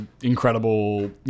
incredible